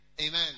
Amen